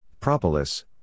Propolis